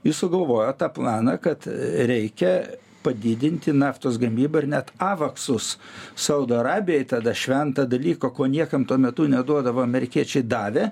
jis sugalvojo tą planą kad reikia padidinti naftos gamybą ir net avaksus saudo arabijai tada šventą dalyką ko niekam tuo metu neduodavo amerikiečiai davė